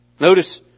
Notice